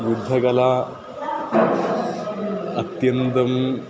युद्धकला अत्यन्तम्